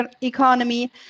economy